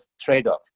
trade-off